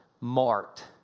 marked